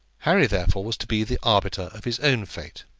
harry, therefore, was to be the arbiter of his own fate.